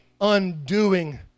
undoing